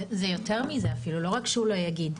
יותר מזה, לא רק שהוא לא יגיד.